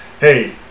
Hey